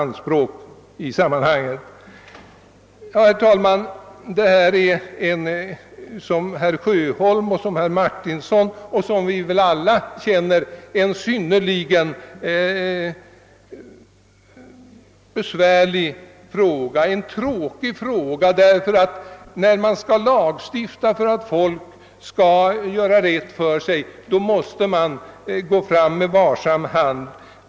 Den fråga som vi här diskuterar är — som herr Sjöholm och herr Martinsson nämnt och som vi alla känner till — synnerligen besvärlig, ty man måste när man skall lagstifta för att folk skall göra rätt för sig gå fram med varsam hand.